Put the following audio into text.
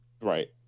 Right